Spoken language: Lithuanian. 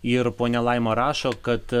ir ponia laima rašo kad